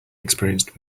experienced